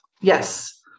yes